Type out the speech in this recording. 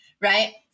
right